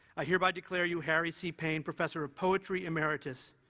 i hereby declare you harry c. payne professor of poetry, emeritus,